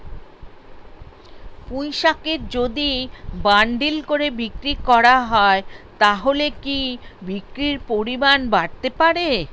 পুঁইশাকের যদি বান্ডিল করে বিক্রি করা হয় তাহলে কি বিক্রির পরিমাণ বাড়তে পারে?